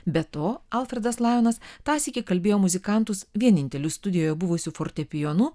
be to alfredas lajonas tąsyk įkalbėjo muzikantus vieninteliu studijoje buvusiu fortepijonu